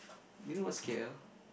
you know what's k_l